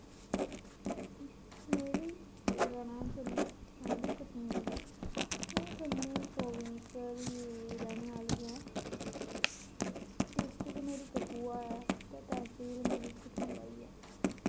मेरी स्टेट दा नां जम्मू ऐंड कश्मीर ऐ में जम्मू प्रोविंस दी रौह्ने आह्ली ऐं ते डिस्ट्रिक मेरी कठुआ ऐ ते तैह्सील मेरी कठुआ ही ऐ